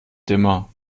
dimmer